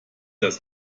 das